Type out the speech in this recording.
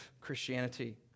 Christianity